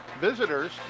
visitors